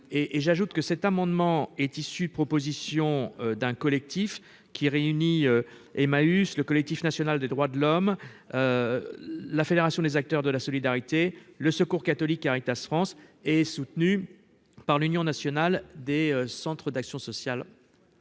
et j'ajoute que cet amendement est issu, proposition d'un collectif qui réunit Emmaüs, le collectif national des droits de l'homme, la Fédération des acteurs de la Solidarité, le Secours catholique Caritas France et soutenu par l'Union nationale des centres d'action sociale